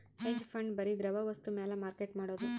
hedge fund ಬರಿ ದ್ರವ ವಸ್ತು ಮ್ಯಾಲ ಮಾರ್ಕೆಟ್ ಮಾಡೋದು